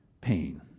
pain